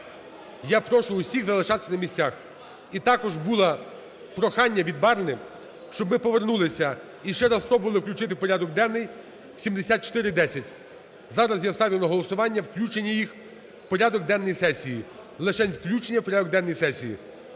Я прошу всіх залишатися на місцях! І також було прохання від Барни, щоб ми повернулися і ще раз спробували включити у порядок денний 7410. Зараз я ставлю на голосування включення їх у порядок денний сесії. Лишень включення у порядок денний сесії.